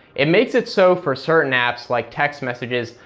it makes it so for certain apps, like text messages,